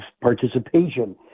participation